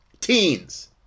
teens